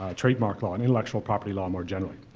ah trademark law and intellectual property law, more generally.